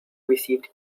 received